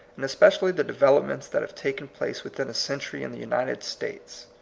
and especially the developments that have taken place within a century in the united states.